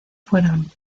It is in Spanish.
fueron